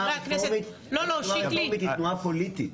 חברי הכנסת -- האם התנועה הרפורמית היא תנועה פוליטית?